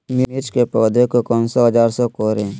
मिर्च की पौधे को कौन सा औजार से कोरे?